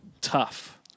tough